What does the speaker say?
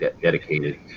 dedicated